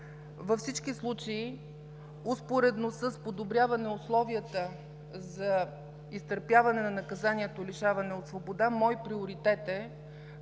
Във всички случаи успоредно с подобряване условията за изтърпяване на наказанието „лишаване от свобода“ мой приоритет е,